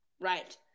Right